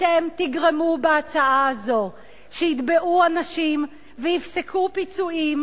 אתם תגרמו בהצעה הזאת שיתבעו אנשים וייפסקו פיצויים,